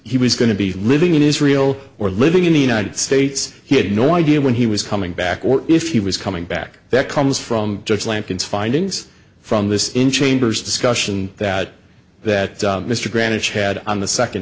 he was going to be living in israel or living in the united states he had no idea when he was coming back or if he was coming back that comes from church lambkins findings from this in chambers discussion that that mr granites had on the second